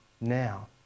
now